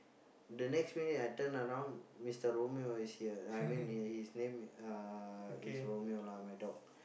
the next minute I turn around Mister Romeo is here I mean uh his name uh is Romeo lah my dog